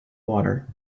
water